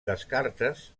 descartes